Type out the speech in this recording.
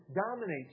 dominates